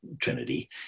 trinity